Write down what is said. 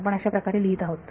आपण अशाप्रकारे लिहित आहोत